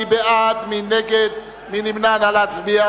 ההצעה להעביר את הצעת